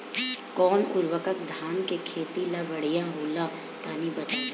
कौन उर्वरक धान के खेती ला बढ़िया होला तनी बताई?